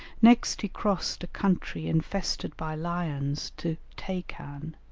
next he crossed a country infested by lions to taikan,